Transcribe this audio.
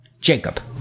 Jacob